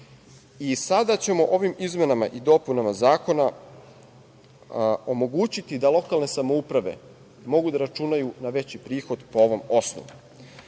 i sada ćemo ovim izmenama i dopunama zakona omogućiti da lokalne samouprave mogu da računaju na veći prihod po ovom osnovu. Dolazim